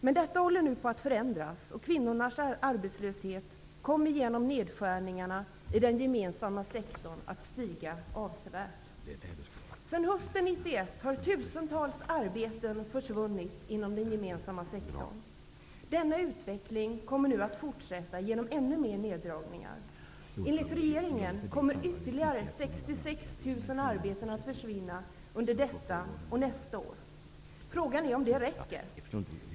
Men detta håller nu på att förändras, och kvinnornas arbetslöshet kommer genom nedskärningarna i den gemensamma sektorn att stiga avsevärt. Sedan hösten 1991 har tusentals arbeten försvunnit inom den gemensamma sektorn. Denna utveckling kommer nu att fortsätta genom ännu fler neddragningar. Enligt regeringen kommer ytterligare 66 000 arbeten att försvinna under detta och nästa år. Frågan är om det räcker.